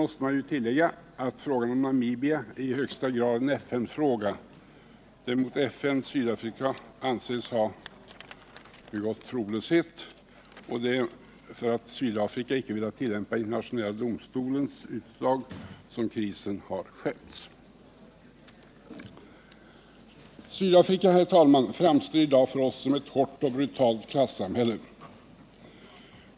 Vidare bör tilläggas att frågan om Namibia i högsta grad är en FN-fråga. Det är mot FN som Sydafrika anses ha begått trolöshet. Krisen har skärpts därför att Sydafrika inte velat tillämpa den internationella domstolens utslag. Herr ta.man! Sydafrika framstår i dag för oss som ett hårt och brutalt klassamhälle.